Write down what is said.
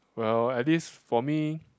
well at least for me